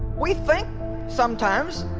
we think sometimes